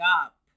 up